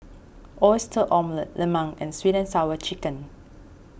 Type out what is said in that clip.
Oyster Omelette Lemang and Sweet Sour Chicken